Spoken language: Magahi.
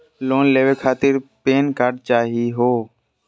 लोन लेवे खातीर पेन कार्ड चाहियो?